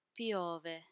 Piove